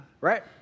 right